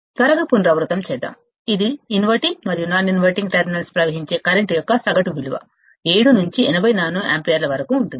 త్వరగా పునరావృతం చేద్దాం ఇది ఇన్వర్టింగ్ మరియు నాన్ ఇన్వర్టింగ్ టెర్మినల్స్లో ప్రవహించే కరెంట్ యొక్క సగటు విలువ 7 నుండి 80 నానో యాంపీయర్ల వరకు ఉంటుంది